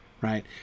Right